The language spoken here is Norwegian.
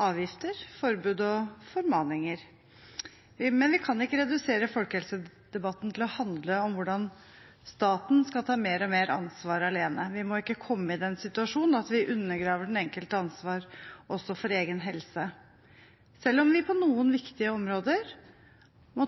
avgifter, forbud og formaninger. Men vi kan ikke redusere folkehelsedebatten til å handle om hvordan staten skal ta mer og mer ansvar alene. Vi må ikke komme i den situasjonen at vi undergraver den enkeltes ansvar for egen helse. Likevel må vi på noen viktige områder